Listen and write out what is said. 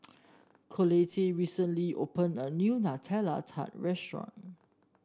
Colette recently opened a new Nutella Tart restaurant